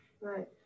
Right